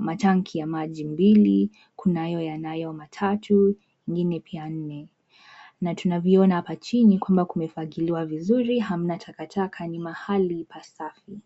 matanki ya maji mbili, kunayo yanayo matatu ingine pia nne na tunvyoona hapa chini pia kumefagiliwa vizuri hamna takataka nimahali pasafi.